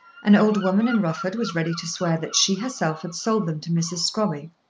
an old woman in rufford was ready to swear that she herself had sold them to mrs. scrobby.